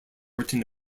written